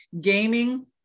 gaming